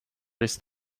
this